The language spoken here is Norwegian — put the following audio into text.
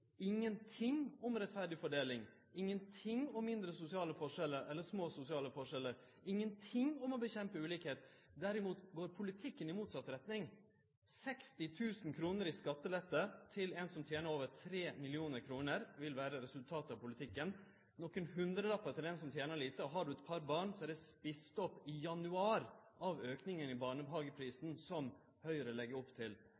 ingenting om rettferdig fordeling, ingenting om små sosiale forskjellar, ingenting om å kjempe mot ulikskap. Derimot går politikken i motsett retning. 60 000 kr i skattelette til ein som tener over 3 mill. kr, vil vere resultatet av politikken, nokre hundrelappar til den som tener lite, og har du eit par barn, er det ete opp i januar av auken i barnehageprisen som Høgre legg opp til.